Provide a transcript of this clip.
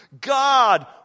God